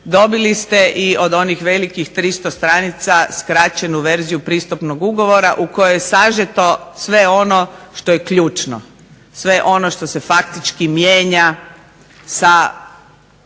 Dobili ste od onih velikih 300 stranica skraćenu verziju pristupnog ugovora u kojem je sažeto sve ono što je ključno. Sve ono što se faktički mijenja sa